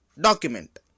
document